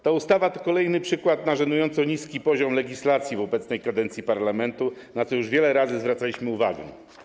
Ta ustawa to kolejny przykład żenująco niskiego poziomu legislacji w obecnej kadencji parlamentu, na co już wiele razy zwracaliśmy uwagę.